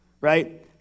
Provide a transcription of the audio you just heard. Right